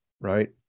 right